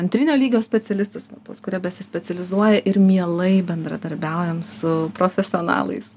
antrinio lygio specialistus tuos kurie besispecializuoja ir mielai bendradarbiaujam su profesionalais